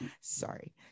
sorry